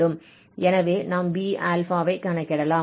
எனவே நாம் Bα ஐ கணக்கிடலாம்